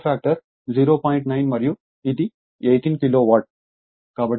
9 మరియు ఇది 18 కిలోవాట్ కాబట్టి 18 0